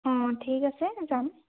অঁ ঠিক আছে যাম